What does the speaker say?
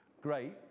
great